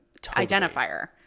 identifier